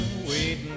waiting